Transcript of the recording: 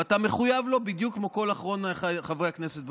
ואתה מחויב לו בדיוק כמו אחרון חברי הכנסת,